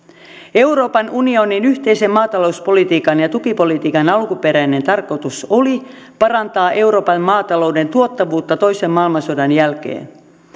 euroopan unionin yhteisen maatalouspolitiikan ja ja tukipolitiikan alkuperäinen tarkoitus oli parantaa euroopan maatalouden tuottavuutta toisen maailmansodan jälkeen